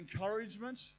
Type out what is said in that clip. encouragement